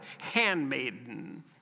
handmaiden